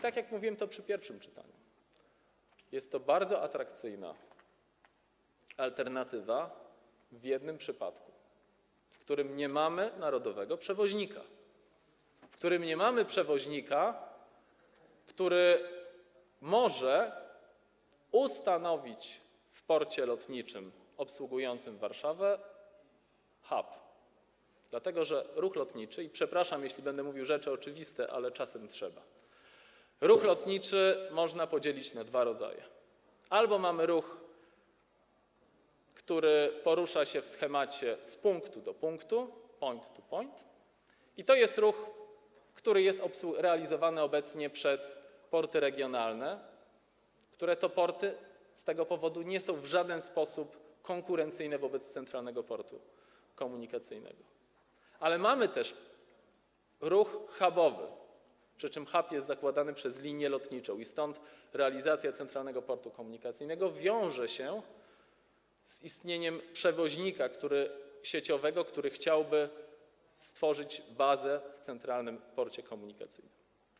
Tak jak mówiłem w czasie pierwszego czytania, jest to bardzo atrakcyjna alternatywa w jednym przypadku: gdy nie ma narodowego przewoźnika, który może ustanowić w porcie lotniczym obsługującym Warszawę hub, dlatego że ruch lotniczy - przepraszam, jeśli będę mówił rzeczy oczywiste, ale czasem trzeba - można podzielić na dwa rodzaje: albo mamy ruch, który porusza się w schemacie z punktu do punktu, point to point, i to jest ruch, który jest realizowany obecnie przez porty regionalne, które z tego powodu nie są w żaden sposób konkurencyjne wobec Centralnego Portu Komunikacyjnego, albo mamy ruch hubowy, przy czym hub jest zakładany przez linię lotniczą i stąd realizacja Centralnego Portu Komunikacyjnego wiąże się z istnieniem przewoźnika sieciowego, który chciałby stworzyć bazę w Centralnym Porcie Komunikacyjnym.